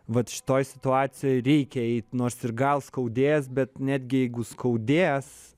vat šitoj situacijoj reikia eit nors gal skaudės bet netgi jeigu skaudės